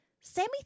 Sammy